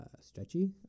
stretchy